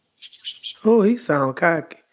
oh, he sound cocky